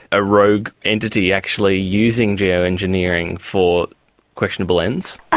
a rogue entity actually using geo-engineering for questionable ends?